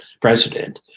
president